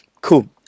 Cool